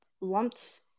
lumped